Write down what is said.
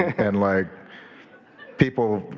and like people,